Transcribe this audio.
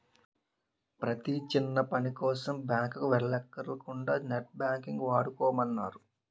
ప్రతీ చిన్నపనికోసం బాంకుకి వెల్లక్కర లేకుంటా నెట్ బాంకింగ్ వాడుకోమన్నారు